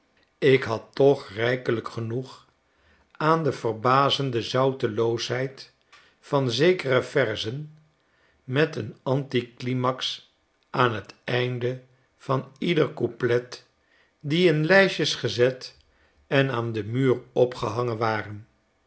ik had toch rijkelijk genoeg aan de verbazende zouteloosheid van zekere verzen met een anticlimax aan t einde van ieder couplet die in lijstjes gezet en aan den muur opgehangen waren